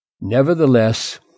Nevertheless